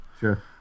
Sure